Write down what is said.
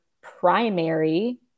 primary